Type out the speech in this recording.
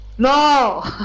No